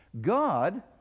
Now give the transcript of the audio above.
God